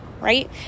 right